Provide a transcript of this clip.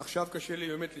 אדוני השר,